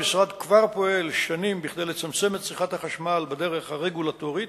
המשרד פועל כבר שנים כדי לצמצם את צריכת החשמל בדרך הרגולטורית